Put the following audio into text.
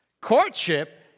Courtship